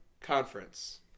conference